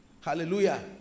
Hallelujah